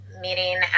meeting